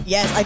Yes